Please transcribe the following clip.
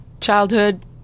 childhood